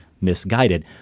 misguided